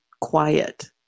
quiet